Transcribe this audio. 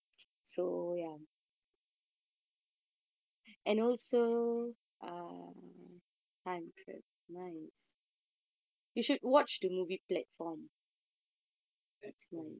platform